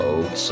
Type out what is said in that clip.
Old